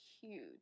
huge